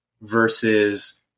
versus